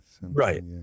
right